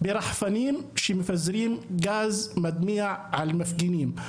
ברחפנים שמפזרים גז מדמיע על מפגינים,